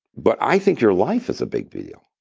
but i think your life is a big deal.